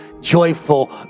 joyful